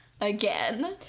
again